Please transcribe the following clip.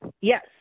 Yes